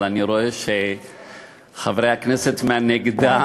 אבל אני רואה שחברי הכנסת מהנגדה,